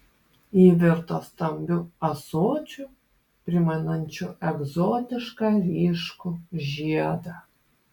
ji virto stambiu ąsočiu primenančiu egzotišką ryškų žiedą